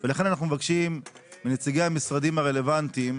לכן אנחנו מבקשים מנציגי המשרדים הרלוונטיים